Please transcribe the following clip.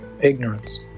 ignorance